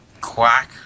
Quack